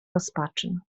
rozpaczy